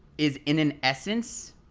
is in an essence